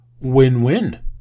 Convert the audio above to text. Win-win